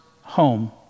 home